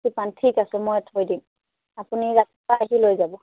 পাণ ঠিক আছে ময়ে থৈ দিম আপুনি ৰাতিপুৱা আহি লৈ যাব